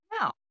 Now